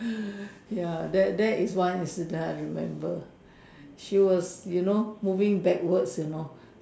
ya that that is one incident I remember she was you know moving backwards you know